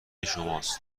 شماست